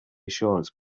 assurance